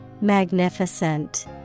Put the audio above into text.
Magnificent